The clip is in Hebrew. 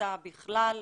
לכניסה בכלל,